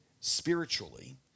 spiritually